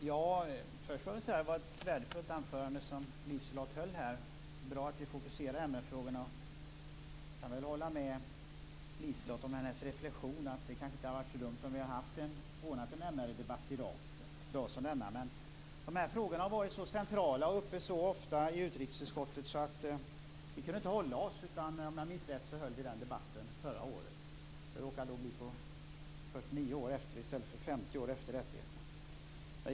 Fru talman! Det var ett värdefullt anförande som Liselotte Wågö höll. Det bra att vi fokuserar MR frågorna. Jag kan hålla med Liselotte Wågö i hennes reflexion att det inte hade varit så dumt om vi ordnat en MR-debatt en dag som denna. Men dessa frågor har varit så centrala och så ofta varit uppe i utrikesutskottet att vi inte kunde hålla oss. Om jag minns rätt höll vi den debatten förra året. Det råkade då bli 49 år efter i stället för 50 år efter det att rättigheterna deklarerades.